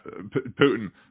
Putin